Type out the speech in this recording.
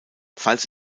falls